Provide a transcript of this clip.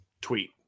tweet